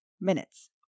minutes